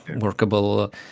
workable